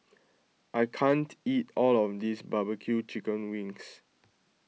I can't eat all of this Barbecue Chicken Wings